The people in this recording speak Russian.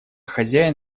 хозяин